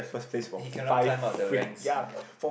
he cannot climb up the ranks